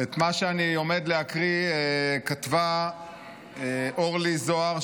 את מה שאני עומד להקריא כתבה אורלי זוהר,